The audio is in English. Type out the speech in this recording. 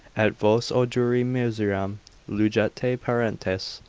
at vos o duri miseram lugete parentes,